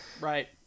right